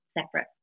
separate